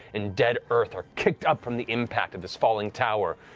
and dead earth are kicked up from the impact of this falling tower,